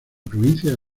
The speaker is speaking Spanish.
provincia